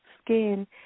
skin